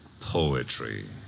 Poetry